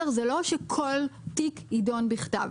זה לא שכל תיק יידון בכתב.